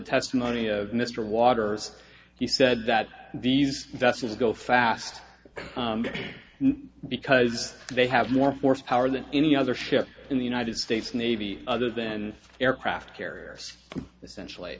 testimony of mr waters he said that these vessels go fast because they have more force power than any other ship in the united states navy other than aircraft carriers essentially